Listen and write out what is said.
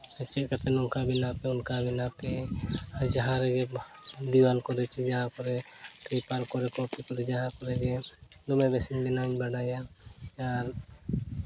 ᱪᱮᱫ ᱠᱟᱛᱮ ᱱᱚᱝᱠᱟ ᱵᱮᱱᱟᱜ ᱯᱮ ᱚᱱᱠᱟ ᱵᱮᱱᱟᱜ ᱯᱮ ᱟᱨ ᱡᱟᱦᱟᱸ ᱨᱮᱜᱮ ᱡᱟᱦᱟᱸ ᱠᱚᱨᱮ ᱯᱮᱯᱟᱨ ᱠᱚᱨᱮ ᱡᱟᱦᱟᱸ ᱠᱚᱨᱮ ᱜᱮ ᱫᱚᱢᱮ ᱵᱮᱥ ᱵᱮᱱᱟᱣ ᱤᱧ ᱵᱟᱰᱟᱭᱟ ᱟᱨ